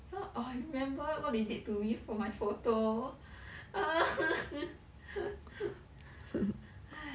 ya I remember what they did to me for my photo !hais!